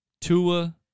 Tua